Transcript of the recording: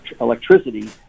electricity